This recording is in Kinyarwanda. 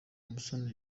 musoni